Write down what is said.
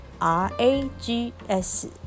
R-A-G-S